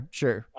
sure